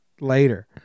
later